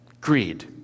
greed